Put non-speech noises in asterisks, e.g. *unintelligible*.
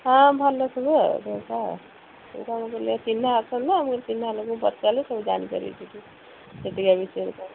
ହଁ ଭଲ ସବୁ ଆଉ *unintelligible* ଚିହ୍ନା ଅଛନ୍ତି ନା ମୁଁ କହିଲି ଚିହ୍ନା ଲୋକଙ୍କୁ ପଚାରିଲେ ସବୁ ଜାଣି ପାରିବି ସେଠି ସେଠିକା ବିଷୟରେ କ'ଣ